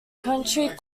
county